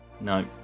No